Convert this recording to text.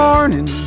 Morning